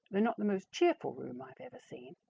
though not the most cheerful room i have ever seen,